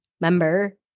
member